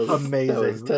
amazing